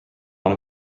one